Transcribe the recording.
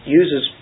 uses